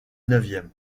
neuvième